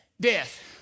death